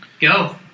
go